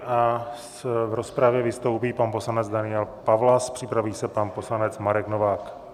V rozpravě vystoupí pan poslanec Daniel Pawlas, připraví se pan poslanec Marek Novák.